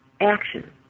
action